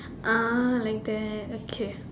ah like that okay